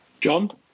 John